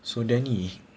so danny